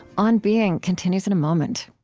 on being continues in a moment